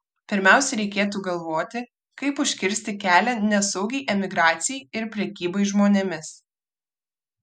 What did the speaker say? pirmiausia reikėtų galvoti kaip užkirsti kelią nesaugiai emigracijai ir prekybai žmonėmis